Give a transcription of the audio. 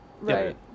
Right